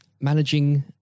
managing